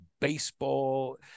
baseball